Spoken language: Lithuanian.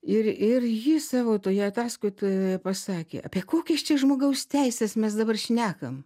ir ir ji savo toje ataskaitoje pasakė apie kokias čia žmogaus teises mes dabar šnekam